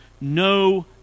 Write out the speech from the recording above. No